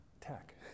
Tech